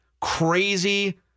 crazy